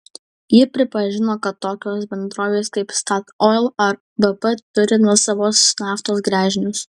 ji pripažino kad tokios bendrovės kaip statoil ar bp turi nuosavus naftos gręžinius